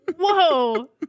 Whoa